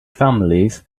families